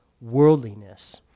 worldliness